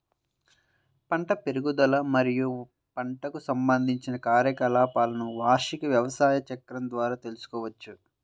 పంట పెరుగుదల మరియు పంటకు సంబంధించిన కార్యకలాపాలను వార్షిక వ్యవసాయ చక్రం ద్వారా తెల్సుకోవచ్చు